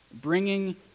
bringing